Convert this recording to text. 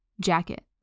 jacket